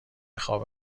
خواب